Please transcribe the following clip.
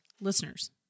listeners